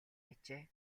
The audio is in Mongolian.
ажээ